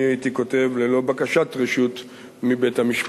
אני הייתי כותב: ללא בקשת רשות מבית-המשפט.